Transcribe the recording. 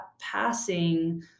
passing